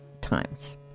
times